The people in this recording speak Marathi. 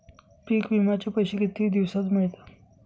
पीक विम्याचे पैसे किती दिवसात मिळतात?